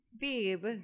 Babe